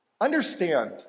Understand